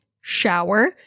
shower